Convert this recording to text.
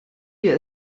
wir